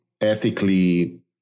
ethically